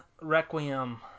requiem